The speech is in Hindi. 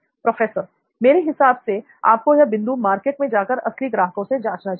प्रोफेसर मेरे हिसाब से आपको यह बिंदु मार्केट में जाकर असली ग्राहकों से जांचना चाहिए